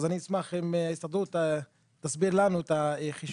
אז אני אשמח אם ההסתדרות תסביר לנו את החישוב.